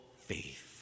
faith